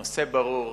הנושא ברור,